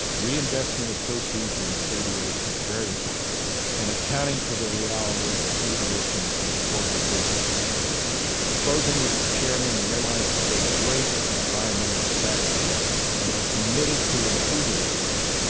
reinvestment of proceeds into aviation very important and accounting for the reality that aviation is a global business. in closing, mr. chairman, the airlines have a great environmental track record and are committed to improving on that.